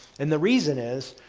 and the reason is,